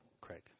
Craig